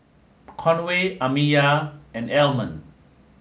Conway Amiya and Almond